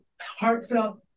heartfelt